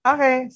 Okay